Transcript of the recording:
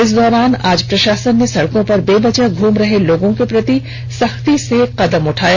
इस दौरान आज प्रषासन ने सड़कों पर बेवजह घुम रहे लोगों के प्रति सख्ती से कदम उठाया